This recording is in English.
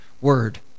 word